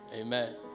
Amen